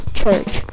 church